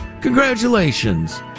Congratulations